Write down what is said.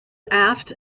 aft